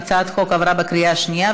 הצעת החוק עברה בקריאה השנייה.